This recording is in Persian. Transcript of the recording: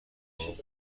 حقوق